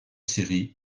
séries